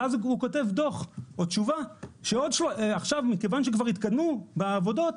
ואז הוא כותב דו"ח או תשובה שעכשיו מכיוון שכבר התקדמו בעבודות,